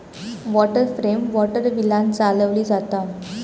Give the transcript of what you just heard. water frame water व्हीलांन चालवली जाता